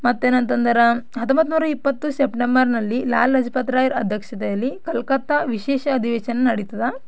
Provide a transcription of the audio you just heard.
ಮತ್ತೆನೂಂತಂದರೆ ಹತ್ತೊಂಬತ್ತು ನೂರ ಇಪ್ಪತ್ತು ಸೆಪ್ಟೆಂಬರಿನಲ್ಲಿ ಲಾಲಾ ಲಜಪತ್ ರಾಯರ ಅಧ್ಯಕ್ಷತೆಯಲ್ಲಿ ಕೊಲ್ಕತ್ತಾ ವಿಶೇಷ ಅಧಿವೇಶನ ನಡೀತದೆ